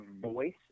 voice